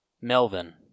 Melvin